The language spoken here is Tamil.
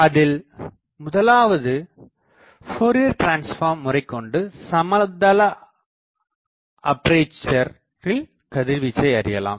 அதில் முதலாவது ஃபோரியர் டிரன்ஸ்பார்ம் முறைகொண்டு சமதள அப்பேசரில் கதிர்வீச்சை அறியலாம்